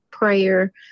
prayer